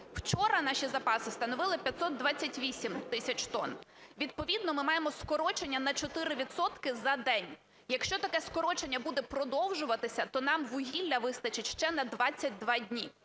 Вчора наші запаси становили 528 тисяч тонн. Відповідно ми маємо скорочення на 4 відсотки за день. Якщо таке скорочення буде продовжуватися, то нам вугілля вистачить ще на 22 дні.